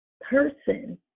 person